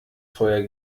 feuer